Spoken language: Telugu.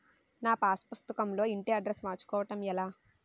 నా పాస్ పుస్తకం లో ఇంటి అడ్రెస్స్ మార్చుకోవటం ఎలా?